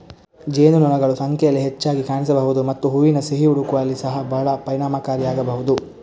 ಜೇನುನೊಣಗಳು ಸಂಖ್ಯೆಯಲ್ಲಿ ಹೆಚ್ಚಾಗಿ ಕಾಣಿಸಬಹುದು ಮತ್ತು ಹೂವಿನ ಸಿಹಿ ಹುಡುಕುವಲ್ಲಿ ಸಹ ಬಹಳ ಪರಿಣಾಮಕಾರಿಯಾಗಬಹುದು